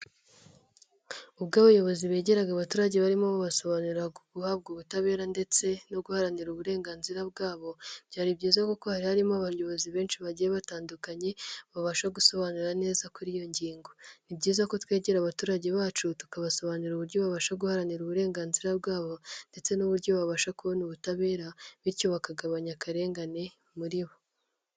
Ubwo abayobozi begeraga abaturage barimo babasobanuriraga guhabwa ubutabera ndetse no guharanira uburenganzira bwabo, byari byiza kuko hari harimo abayobozi benshi bagiye batandukanye babasha gusobanura neza kuri iyo ngingo. Ni byiza ko twegera abaturage bacu tukabasobanurira uburyo babasha guharanira uburenganzira bwabo ndetse n'uburyo babasha kubona ubutabera, bityo bakagabanya akarengane muri bo.